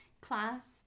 class